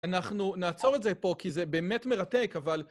אנחנו נעצור את זה פה, כי זה באמת מרתק, אבל...